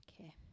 Okay